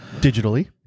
digitally